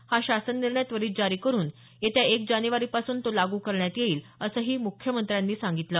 हा शासन निर्णय त्वरित जारी करून येत्या एक जानेवारी पासून तो लागू करण्यात येईल असंही मुख्यमंत्र्यांनी सांगितलं